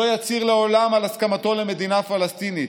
שלא יצהיר לעולם על הסכמתו למדינה פלסטינית,